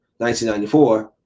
1994